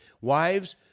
Wives